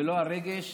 ולא הרגש.